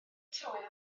tywydd